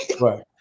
right